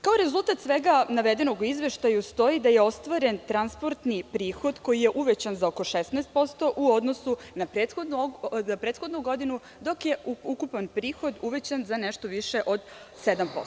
Kao rezultat svega navedenog u izveštaju stoji da je ostvaren transportni prihod koji je uvećan za oko 16% u odnosu na prethodnu godinu, dok je ukupan prihod uvećan za nešto više od 7%